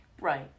Right